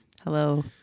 Hello